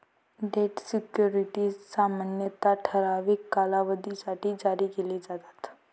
date securities सामान्यतः ठराविक कालावधीसाठी जारी केले जातात